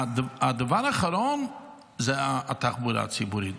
והדבר האחרון זאת התחבורה הציבורית.